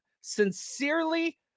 sincerely